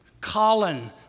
Colin